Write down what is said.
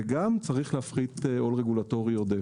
וגם צריך להפחית עול רגולטורי עודף.